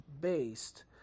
based